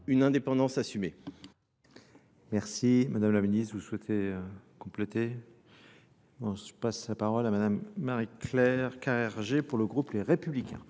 une indépendance assumée. Merci Madame la Ministre. Vous souhaitez compléter ? Je passe la parole à Madame Marie-Claire Carrégé pour le groupe Les Républicains.